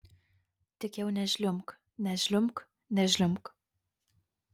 tik jau nežliumbk nežliumbk nežliumbk